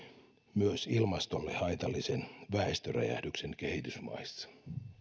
myös ilmastolle haitallisen väestöräjähdyksen kehitysmaissa